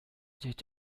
did